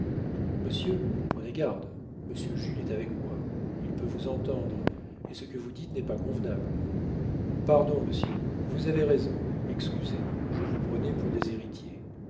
monsieur prenez garde monsieur jules est avec moi il peut vous entendre et ce que vous dites n'est pas convenable pardon monsieur vous avez raison excusez je vous prenais pour des héritiers